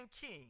king